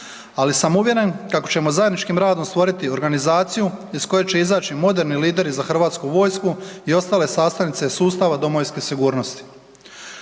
ali sam uvjeren kako ćemo zajedničkim radom stvoriti organizaciju iz koje će izaći moderni lideri za hrvatsku vojsku i ostale sastavnice sustava domovinske sigurnosti.